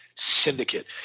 Syndicate